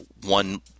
one